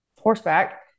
horseback